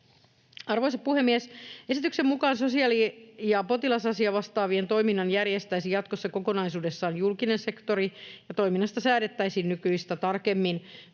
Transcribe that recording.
Arvoisa puhemies! Esityksen mukaan sosiaali- ja potilasasiavastaavien toiminnan järjestäisi jatkossa kokonaisuudessaan julkinen sektori ja toiminnasta säädettäisiin nykyistä tarkemmin.